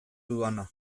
dudana